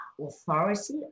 authority